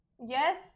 yes